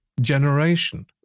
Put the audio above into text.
generation